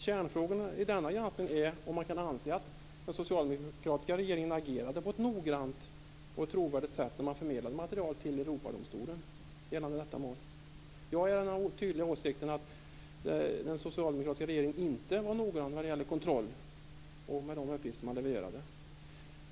Kärnfrågan i denna granskning är om det kan anses att den socialdemokratiska regeringen agerade på ett noggrant och trovärdigt sätt när man förmedlade material till Europadomstolen gällande detta mål. Jag är av den tydliga åsikten att den socialdemokratiska regeringen inte var noggrann när det gällde kontroll och de uppgifter som man levererade.